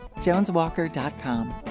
Joneswalker.com